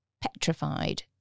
petrified